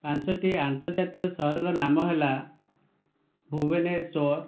ପାଞ୍ଚଟି ଅନ୍ତର୍ଜାତୀୟ ସହରର ନାମ ହେଲା ଭୁବେନେଶ୍ଵର